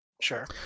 Sure